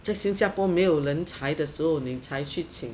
在新加坡没有人才的时候你才去请